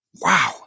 wow